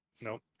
Nope